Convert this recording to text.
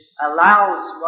allows